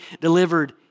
delivered